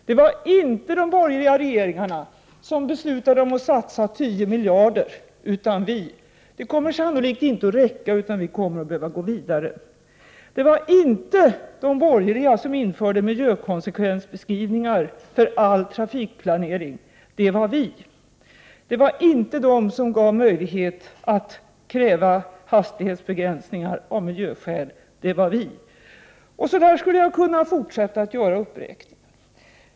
Det var inte de borgerliga regeringarna som beslutade att satsa 10 miljarder på detta område, utan det var vi. Det kommer sannolikt inte att räcka, utan vi kommer att behöva gå vidare. Det var inte de borgerliga som införde miljökonsekvensbeskrivningar för all trafikplanering — det var vi. Det var inte de som gav möjlighet att kräva hastighetsbegränsningar av miljöskäl — det var vi. Så där skulle jag kunna fortsätta att göra uppräkningen.